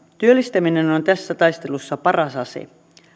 työllistäminen on tässä taistelussa paras ase